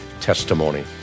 testimony